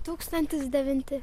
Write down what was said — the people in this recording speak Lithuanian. tūkstantis devinti